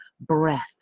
breath